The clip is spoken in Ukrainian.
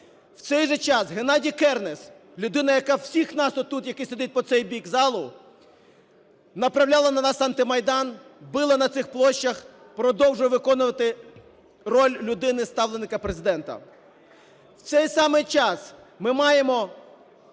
В цей же час Геннадій Кернес – людина, яка всіх нас отут, які сидять по цей бік залу, направляла на нас анти-Майдан, била на цих площах, продовжує виконувати роль людини – ставленика Президента. В цей самий час ми маємо